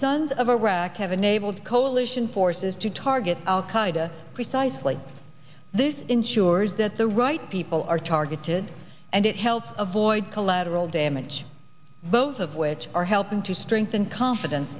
sons of iraq have enabled coalition forces to target al qaida precisely this ensures that the right people are targeted and it helps avoid collateral damage both of which are helping to strengthen confidence